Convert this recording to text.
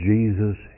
Jesus